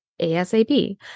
ASAP